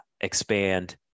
expand